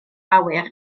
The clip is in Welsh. awyr